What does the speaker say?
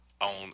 on